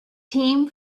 team